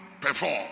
perform